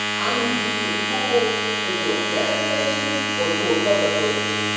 i need you to pull into a gas station or to a public place.